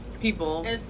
people